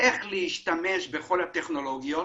איך להשתמש בכל הטכנולוגיות.